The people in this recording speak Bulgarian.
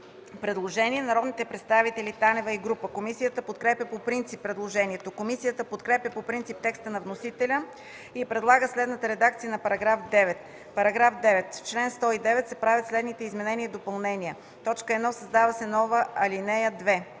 предложение на народния представител Десислава Танева и група. Комисията подкрепя по принцип предложението. Комисията подкрепя по принцип текста на вносителя и предлага следната редакция на § 9: „§ 9. В чл. 109 се правят следните изменения и допълнения: 1. Създава се нова ал. 2: